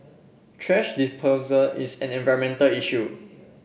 thrash disposal is an environmental issue